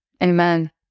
Amen